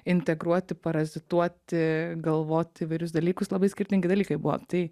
integruoti parazituoti galvoti įvairius dalykus labai skirtingi dalykai buvo tai